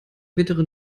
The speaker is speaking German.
bittere